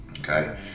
okay